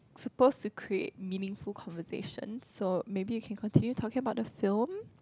suppose to create meaningful conservation so maybe you can continue talking about the film